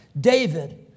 David